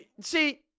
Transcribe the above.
See